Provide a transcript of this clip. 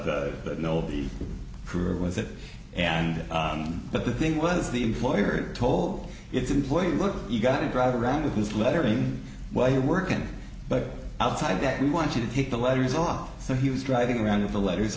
proved was that and but the thing was the employer told its employees look you got to drive around with this lettering while you're working but outside that we want you to take the letters off so he was driving around with the letters